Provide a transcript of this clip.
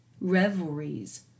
revelries